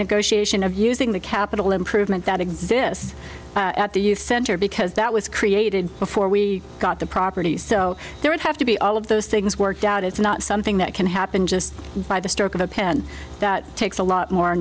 negotiation of using the capital improvement that exists at the youth center because that was created before we got the property so there would have to be all of those things worked out it's not something that can happen just by the stroke of a pen that takes a lot more